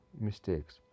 mistakes